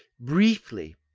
briefly,